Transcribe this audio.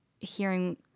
hearing